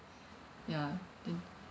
ya then